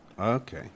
Okay